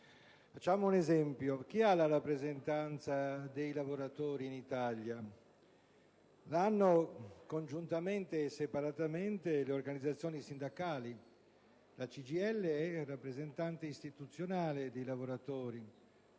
Facciamo un esempio: chi ha la rappresentanza dei lavoratori in Italia? L'hanno, congiuntamente e separatamente, le organizzazioni sindacali: la CGIL è rappresentante istituzionale dei lavoratori,